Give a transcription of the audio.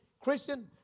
Christian